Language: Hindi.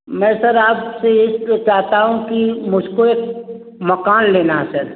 मैं सर आपसे इसपे चाहता हूँ कि मुझको एक मकान लेना है सर